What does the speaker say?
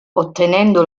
ottenendo